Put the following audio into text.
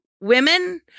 women